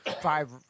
five